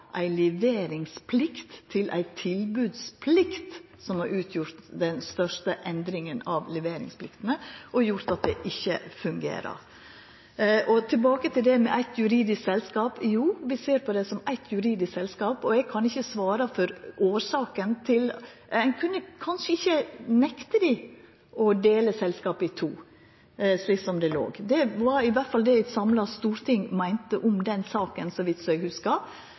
ei leveringsplikt til ei tilbodsplikt – som har vore den største endringa av leveringspliktene, og som har gjort at det ikkje fungerer. Tilbake til det med eitt juridisk selskap: Jo, vi ser på det som eitt juridisk selskap, og eg kan ikkje svara for årsaka til det. Ein kunne kanskje ikkje nekta dei å dela selskapet i to, slik som det låg. Det var i alle fall det eit samla storting meinte om den saka, så vidt